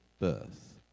birth